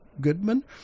Goodman